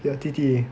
your 弟弟